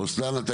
רוסלאן, אתה